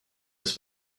his